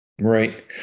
Right